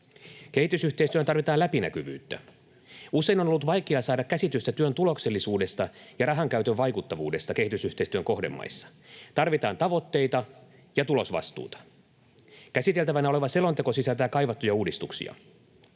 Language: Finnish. Kehitysyhteistyöhön tarvitaan läpinäkyvyyttä. Usein on ollut vaikea saada käsitystä työn tuloksellisuudesta ja rahankäytön vaikuttavuudesta kehitysyhteistyön kohdemaissa. Tarvitaan tavoitteita ja tulosvastuuta. Käsiteltävänä oleva selonteko sisältää kaivattuja uudistuksia.